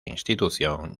institución